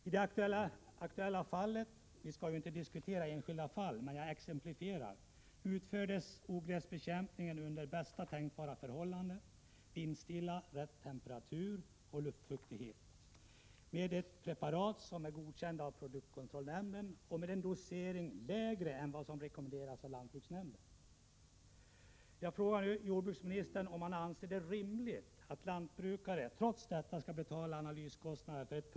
I det aktuella fallet — vi skall inte diskutera enskilda fall, men jag exemplifierar — utfördes ogräsbekämpningen under bästa tänkbara förhållanden: det var vindstilla, rätt temperatur och rätt luftfuktighet. Bekämpningen gjordes med ett preparat som är godkänt av produktkontrollnämnden och med en dosering lägre än vad som rekommenderas av lantbruksnämnden.